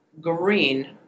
Green